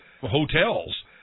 hotels